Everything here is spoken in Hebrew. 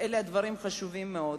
אלה דברים חשובים מאוד.